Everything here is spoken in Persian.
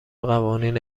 قوانین